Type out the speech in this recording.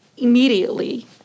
immediately